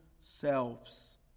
selves